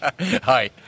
Hi